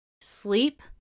sleep